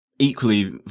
equally